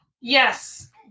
Yes